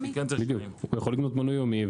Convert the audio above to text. יכול לקנות יומי.